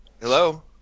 Hello